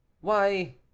Why